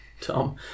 Tom